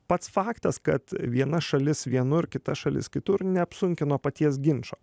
pats faktas kad viena šalis vienur kita šalis kitur neapsunkina paties ginčo